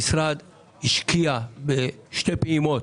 המשרד השקיע בשתי פעימות